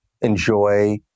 enjoy